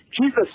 Jesus